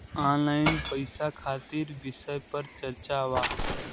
Online पैसा खातिर विषय पर चर्चा वा?